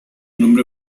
nombre